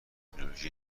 تکنولوژی